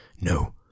No